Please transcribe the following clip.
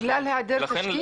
בגלל היעדר תשתית?